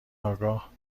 آگاه